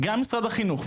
גם במשרד החינוך,